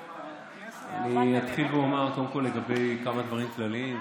אני אתחיל ואומר קודם כול כמה דברים כלליים,